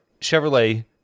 Chevrolet